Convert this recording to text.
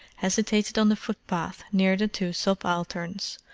hesitated on the footpath near the two subalterns,